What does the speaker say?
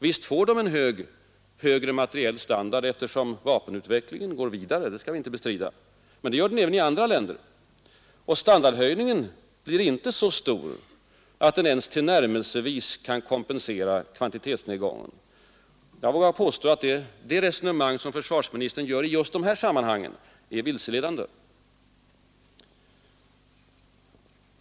Visst får de en högre materiell standard eftersom vapenutvecklingen går vidare — det skall vi inte bestrida — men det gör den även i andra länder, och standardhöjningen blir inte så stor att den ens tillnärmelsevis kan kompensera kvantitetsnedgången. Jag vågar påstå att det resonemang som försvarsministern för i just de här sammanhangen är vilseledande.